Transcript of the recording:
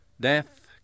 Death